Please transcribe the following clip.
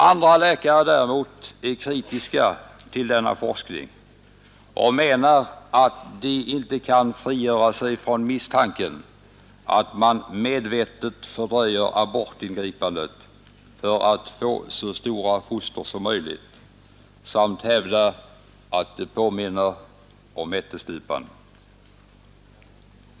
Andra läkare däremot är kritiska till denna forskning och menar att de inte kan frigöra sig från misstanken att man medvetet fördröjer abortingripanden för att få så stora foster som möjligt samt hävdar att det påminner om ättestupan.